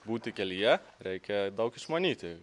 būti kelyje reikia daug išmanyti